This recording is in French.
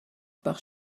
par